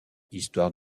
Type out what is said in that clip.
histoires